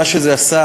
מה שזה עשה,